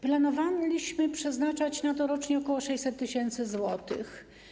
Planowaliśmy przeznaczać na to rocznie ok. 600 tys. zł.